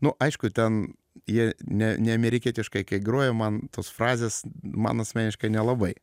nu aišku ten jie ne neamerikietiškai kai groja man tos frazės man asmeniškai nelabai